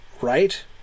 Right